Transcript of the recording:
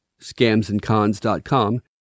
scamsandcons.com